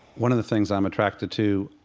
one of the things i'm attracted to